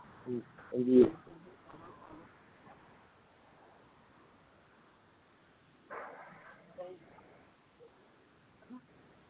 अं अंजी